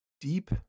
deep